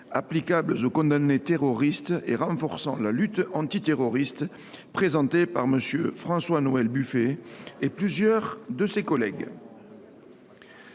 applicables aux condamnés terroristes et renforçant la lutte antiterroriste, présentée par M. François Noël Buffet et plusieurs de ses collègues